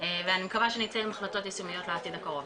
ואני מקווה שנצא עם החלטות יישומיות לעתיד הקרוב.